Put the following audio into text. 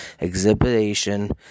exhibition